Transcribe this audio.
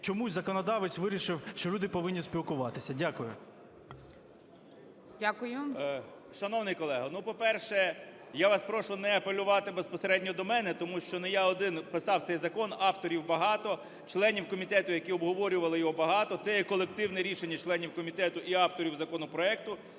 чомусь законодавець вирішив, що люди повинні спілкуватися. Дякую. ГОЛОВУЮЧИЙ. Дякую. 11:18:13 КНЯЖИЦЬКИЙ М.Л. Шановний колего, ну, по-перше, я вас прошу не апелювати безпосередньо до мене, тому що не я один писав цей закон, авторів багато, членів комітету, які обговорювали його, багато. Це є колективне рішення членів комітету і авторів законопроекту.